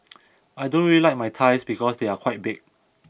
I don't really like my thighs because they are quite big